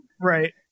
Right